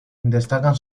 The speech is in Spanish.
destacan